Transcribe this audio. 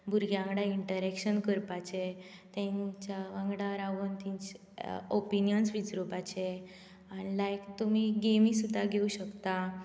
भुरग्यांक वांगडा इंटररेक्शन करपाचें तांच्या वांगडा रावन तांच्या ओपिनियन्स विचारपाचें लायक तुमी गेमी सुद्दां घेवंक शकता